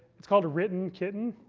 it's called a written? kitten.